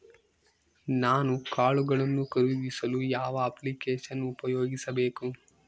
ನಾನು ಕಾಳುಗಳನ್ನು ಖರೇದಿಸಲು ಯಾವ ಅಪ್ಲಿಕೇಶನ್ ಉಪಯೋಗಿಸಬೇಕು?